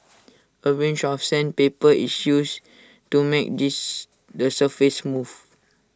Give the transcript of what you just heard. A range of sandpaper is used to make this the surface smooth